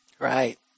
Right